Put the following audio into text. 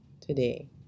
today